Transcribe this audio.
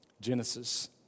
Genesis